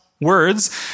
words